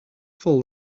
full